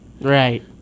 Right